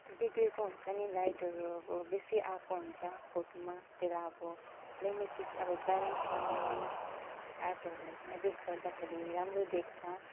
त्यस्तो बिग्रेको हुन्छ नि लाइटहरू अब बेसी आएको हुन्छ फोटोमा त्यसलाई अब लिमिटेड अब ब्यालेन्स गर्नुलाई त्यो एपहरू एडिट गर्दा राम्रो देख्छ